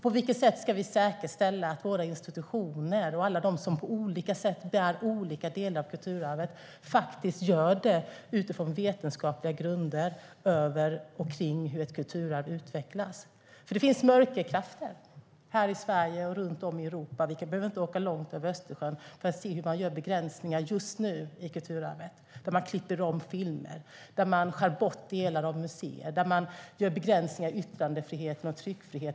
På vilket sätt ska vi säkerställa att våra institutioner och alla de som på olika sätt bär olika delar av kulturarvet gör det utifrån vetenskapliga grunder och hur ett kulturarv utvecklas? Det finns mörkerkrafter här i Sverige och runt om i Europa. Vi behöver inte åka långt över Östersjön för att se hur man just nu gör begränsningar i kulturarvet. Man klipper om filmer, skär bort delar av museer och gör begränsningar i yttrandefriheten och tryckfriheten.